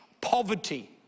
poverty